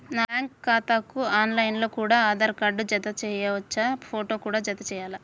నా బ్యాంకు ఖాతాకు online లో కూడా ఆధార్ కార్డు జత చేయవచ్చా ఫోటో కూడా జత చేయాలా?